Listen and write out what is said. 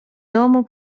domu